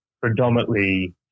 predominantly